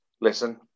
listen